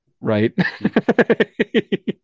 right